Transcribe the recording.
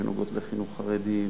שנוגעות לחינוך חרדי,